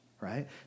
right